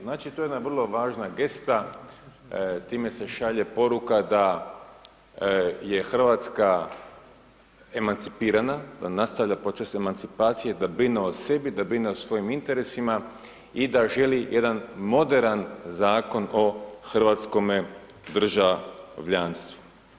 Znači, to je jedna vrlo važna gesta, time se šalje poruka da je Hrvatska emancipirana, da nastavlja proces emancipacije, da brine o sebi, da brine o svojim interesima i da želi jedan moderan zakon o hrvatskome državljanstvu.